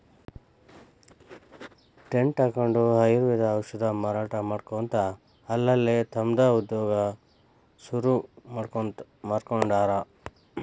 tent ಹಕ್ಕೊಂಡ್ ಆಯುರ್ವೇದ ಔಷಧ ಮಾರಾಟಾ ಮಾಡ್ಕೊತ ಅಲ್ಲಲ್ಲೇ ತಮ್ದ ಉದ್ಯೋಗಾ ಶುರುರುಮಾಡ್ಕೊಂಡಾರ್